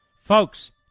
Folks